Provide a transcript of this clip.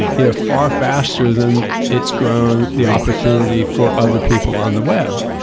you know, far faster than its grown, the opportunity for other people on the web.